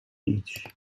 each